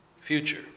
future